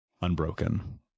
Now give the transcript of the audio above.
unbroken